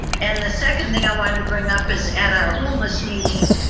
and the second thing i wanted to bring up is at our homeless meeting,